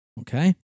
okay